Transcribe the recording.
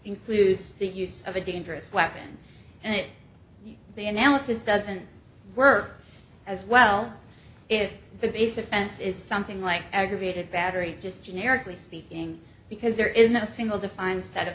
includes the use of a dangerous weapon and it the analysis doesn't work as well if the base offense is something like aggravated battery just generically speaking because there is no single defined set of